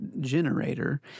generator